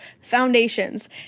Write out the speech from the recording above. foundations